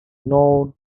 known